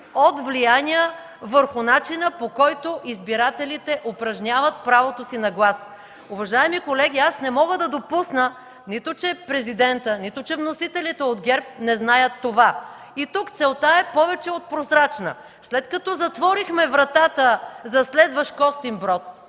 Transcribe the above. от влияния върху начина, по който избирателите упражняват правото си на глас. Уважаеми колеги, не мога да допусна, че президентът и вносителите от ГЕРБ не знаят това. И тук целта е повече от прозрачна – след като затворихме вратата за следващ Костинброд